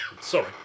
Sorry